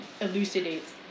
elucidates